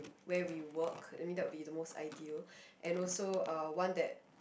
where we work I mean that'll be the most ideal and also uh one that